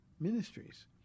ministries